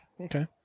Okay